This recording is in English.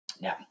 Now